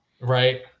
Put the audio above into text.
Right